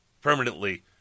permanently